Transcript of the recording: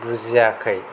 बुजियाखै